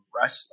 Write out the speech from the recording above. wrestling